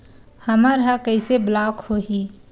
हमर ह कइसे ब्लॉक होही?